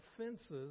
offenses